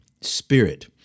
Spirit